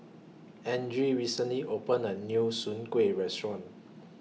Andrea recently opened A New Soon Kueh Restaurant